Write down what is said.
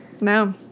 No